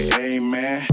amen